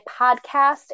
podcast